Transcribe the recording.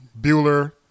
Bueller